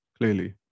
Clearly